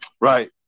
Right